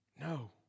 No